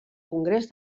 congrés